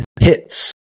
hits